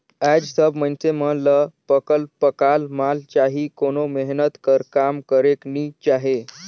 आएज सब मइनसे मन ल पकल पकाल माल चाही कोनो मेहनत कर काम करेक नी चाहे